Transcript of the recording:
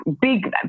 big